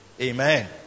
Amen